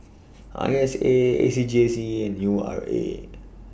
I S A A C J C and U R A